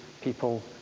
people